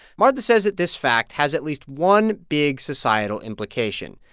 martha says that this fact has at least one big societal implication.